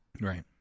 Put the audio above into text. Right